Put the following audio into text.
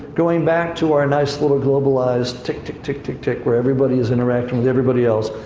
going back to our nice little, globalised tick tick tick tick tick, where everybody is interacting with everybody else.